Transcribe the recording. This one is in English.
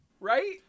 Right